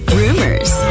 rumors